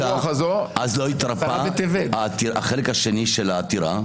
אבל אז לא התרפא החלק השני של העתירה.